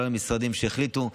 כל המשרדים שהחליטו,